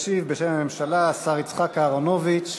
ישיב בשם הממשלה השר יצחק אהרונוביץ.